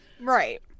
Right